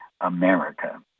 America